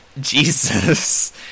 Jesus